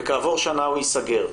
וכעבור שנה הוא ייסגר.